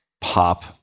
pop